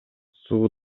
суу